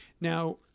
Now